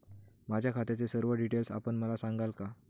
माझ्या खात्याचे सर्व डिटेल्स आपण मला सांगाल का?